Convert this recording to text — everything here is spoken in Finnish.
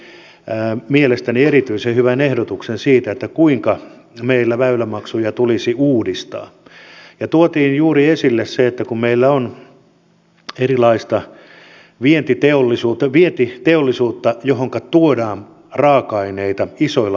silloin liikennevirasto teki mielestäni erityisen hyvän ehdotuksen siitä kuinka meillä väylämaksuja tulisi uudistaa ja tuotiin juuri esille se että meillä on erilaista vientiteollisuutta vientiteollisuutta johonka tuodaan raaka aineita isoilla laivoilla